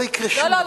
לא, לא.